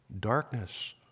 darkness